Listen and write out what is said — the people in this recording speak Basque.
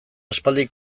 aspaldian